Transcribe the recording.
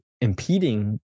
impeding